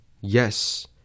Yes